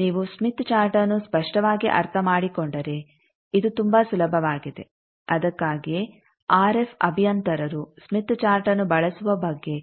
ನೀವು ಸ್ಮಿತ್ ಚಾರ್ಟ್ಅನ್ನು ಸ್ಪಷ್ಟವಾಗಿ ಅರ್ಥಮಾಡಿಕೊಂಡರೆ ಇದು ತುಂಬಾ ಸುಲಭವಾಗಿದೆ ಆಕ್ಕಾಗಿಯೇ ಆರ್ಎಫ್ ಅಭಿಯಂತರರು ಸ್ಮಿತ್ ಚಾರ್ಟ್ಅನ್ನು ಬಳಸುವ ಬಗ್ಗೆ